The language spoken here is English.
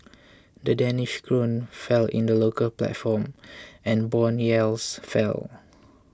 the Danish krone fell in the local platform and bond yields fell